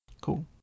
Cool